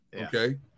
Okay